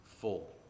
full